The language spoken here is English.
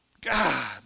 God